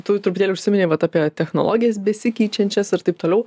tu truputėlį užsiminei vat apie technologijas besikeičiančias ir taip toliau